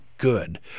good